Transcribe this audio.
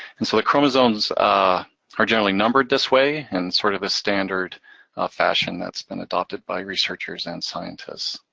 and so the chromosomes are generally numbered this way in sort of a standard fashion that's been adopted by researchers and scientists.